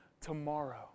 tomorrow